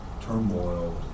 turmoil